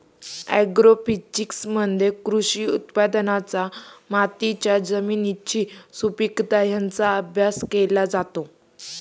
ॲग्रोफिजिक्समध्ये कृषी उत्पादनांचा मातीच्या जमिनीची सुपीकता यांचा अभ्यास केला जातो